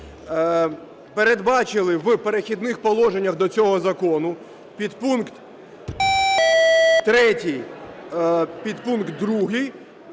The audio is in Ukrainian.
передбачили в "Перехідних положеннях" до цього закону (підпункт 3, підпункт 2)